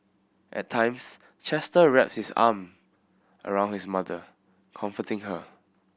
at times Chester wrapped his arm around his mother comforting her